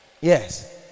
yes